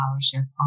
scholarship